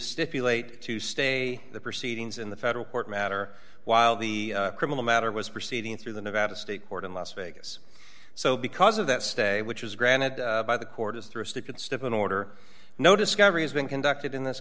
stipulate to stay the proceedings in the federal court matter while the criminal matter was proceeding through the nevada state court in las vegas so because of that stay which was granted by the court is through a stupid step an order no discovery has been conducted in this